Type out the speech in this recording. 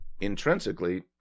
intrinsically